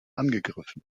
angegriffen